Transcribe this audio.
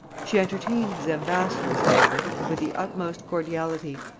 she entertained his ambassadors however with the utmost cordiality,